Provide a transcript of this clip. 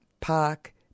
Park